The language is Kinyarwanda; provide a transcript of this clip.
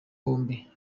bombi